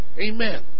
Amen